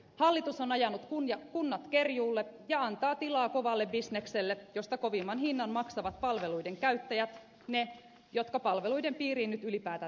hallitus on ajanut kunnat kerjuulle ja antaa tilaa kovalle bisnekselle josta kovimman hinnan maksavat palveluiden käyttäjät ne jotka palveluiden piiriin nyt ylipäätänsä pääsevät